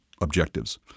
objectives